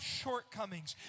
shortcomings